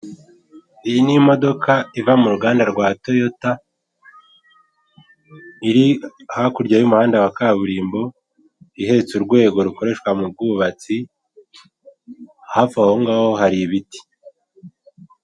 Iyi ni imodoka iva mu ruganda rwa toyota iri hakurya y'umuhanda wa kaburimbo ihetse urwego rukoreshwa mu bw'ubatsi hafi aho ngaho hari ibiti.